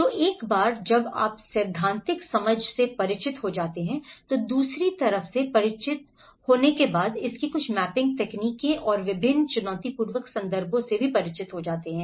तो एक बार जब आप सैद्धांतिक समझ से परिचित हो जाते हैं तो दूसरे आप से परिचित होते हैं इसकी कुछ मैपिंग तकनीक और विभिन्न चुनौतीपूर्ण संदर्भों से परिचित हैं